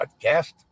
podcast